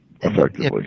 effectively